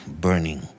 burning